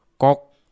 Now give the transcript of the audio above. kok